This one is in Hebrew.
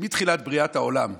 מתחילת בריאת העולם,